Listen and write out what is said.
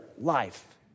life